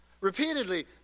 Repeatedly